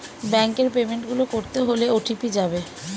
ব্যাংকের পেমেন্ট গুলো করতে হলে ও.টি.পি যাবে